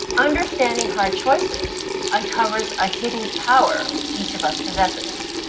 understanding hard choices uncovers a hidden power each of us possesses.